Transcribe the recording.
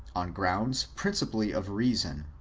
on grounds principally of reason.